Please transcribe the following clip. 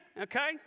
okay